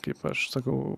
kaip aš sakau